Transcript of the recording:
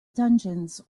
dungeons